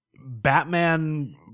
Batman